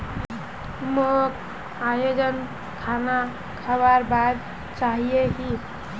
मोक अजवाइन खाना खाबार बाद चाहिए ही